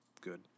good